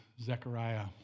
Zechariah